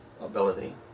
ability